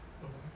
mmhmm